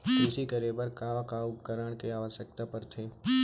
कृषि करे बर का का उपकरण के आवश्यकता परथे?